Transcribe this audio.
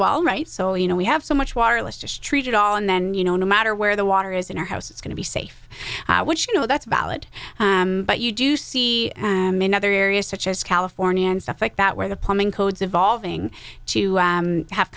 well right so you know we have so much water let's just treat it all and then you know no matter where the water is in our house it's going to be safe which you know that's valid but you do see in other areas such as california and stuff like that where the plumbing codes evolving to have